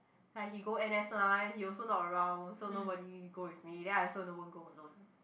like he go N_S mah he also not around so nobody go with me then I also no won't go alone